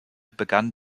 begann